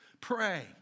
Pray